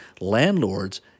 landlords